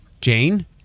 Jane